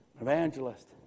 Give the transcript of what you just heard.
evangelist